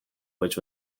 which